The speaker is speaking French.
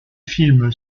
film